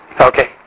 Okay